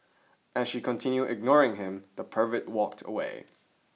as she continued ignoring him the pervert walked away